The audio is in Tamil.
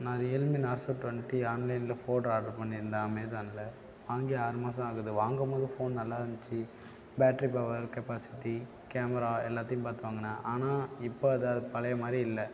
நான் ரியல்மி நார்சோ ட்வெண்ட்டி ஆன்லைனில் ஃபோன் ஆர்டரு பண்ணியிருந்தேன் அமேசானில் வாங்கி ஆறு மாதம் ஆகுது வாங்கும்போது ஃபோன் நல்லாருந்திச்சு பேட்ரி பவர் கெப்பாசிட்டி கேமரா எல்லாத்தையும் பார்த்து வாங்கினேன் ஆனால் இப்போ அது பழைய மாதிரி இல்லை